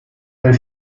del